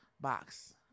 box